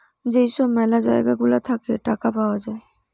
যেই সব ম্যালা জায়গা গুলা থাকে টাকা পাওয়া যায়